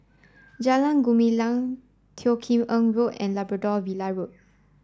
Jalan Gumilang Teo Kim Eng Road and Labrador Villa Road